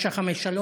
953,